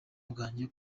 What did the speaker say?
bwanjye